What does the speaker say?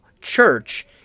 Church